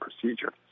procedure